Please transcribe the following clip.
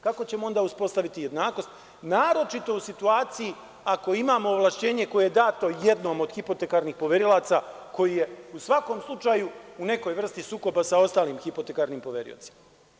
Kako ćemo onda uspostaviti jednakost, a naročito u situaciji ako imamo ovlašćenje koje je dato jednom od hipotekarnih poverilaca, koji je u svakom slučaju u nekoj vrsti sukoba sa ostalim hipotekarnim poveriocima?